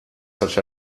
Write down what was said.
such